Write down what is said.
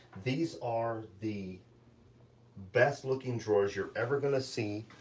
these are the best looking drawers you're ever gonna see,